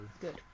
Good